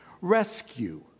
rescue